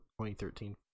2013